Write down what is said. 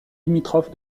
limitrophe